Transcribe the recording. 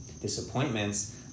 disappointments